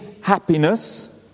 happiness